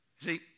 See